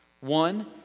One